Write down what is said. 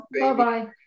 Bye-bye